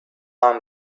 arm